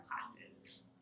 classes